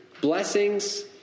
blessings